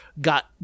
got